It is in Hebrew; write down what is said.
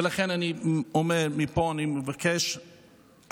ולכן מפה אני מבקש,